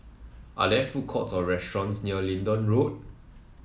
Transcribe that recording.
are there food courts or restaurants near Leedon Road